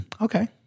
okay